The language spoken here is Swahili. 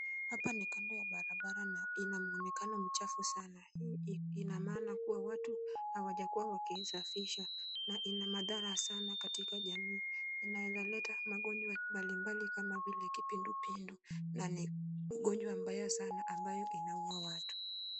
Hapa ni kando ya barabara na ina muonekano mchafu sana. Hii ina maana kuwa watu hawajakuwa wakiisafisha na ina madhara sana katika jamii. Inaweza leta magonjwa mbalimbali kama vile kipindupindu na ni ugonjwa mbaya sana ambayo inaua watu.